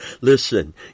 Listen